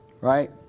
right